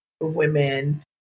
women